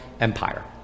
Empire